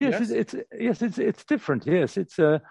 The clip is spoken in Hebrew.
yse it it different yes